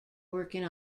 working